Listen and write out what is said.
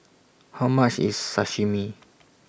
How much IS Sashimi